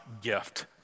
gift